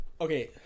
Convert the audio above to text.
okay